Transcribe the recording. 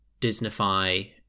disneyfy